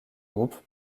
groupe